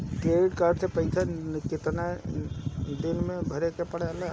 Credit card के पइसा कितना दिन में भरे के पड़ेला?